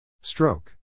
Stroke